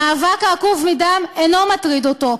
המאבק העקוב מדם אינו מטריד אותו.